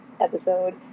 episode